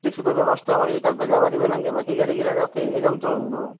ট্ৰেফিকৰ ব্যৱস্থা কৰি তাৰ পৰা যাব দিবা নালগে বাকী গাড়ীগিলা যাওক এই কামটো